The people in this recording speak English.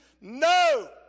No